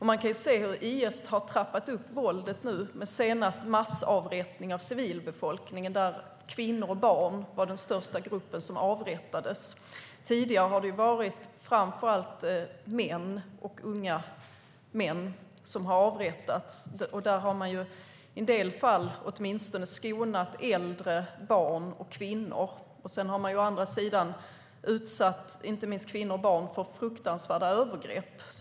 Man kan se hur IS har trappat upp våldet på olika sätt, senast med massavrättningar av civilbefolkning, där kvinnor och barn var den största gruppen som avrättades. Tidigare har det framför allt varit män, unga män, som har avrättats. Åtminstone i en del fall har man då skonat äldre, barn och kvinnor. Sedan har man å andra sidan utsatt kvinnor och barn för fruktansvärda övergrepp.